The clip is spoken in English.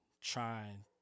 trying